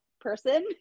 Person